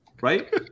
right